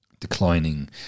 declining